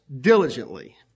diligently